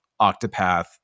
octopath